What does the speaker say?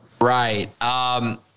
Right